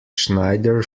schneider